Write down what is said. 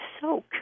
soak